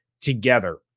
together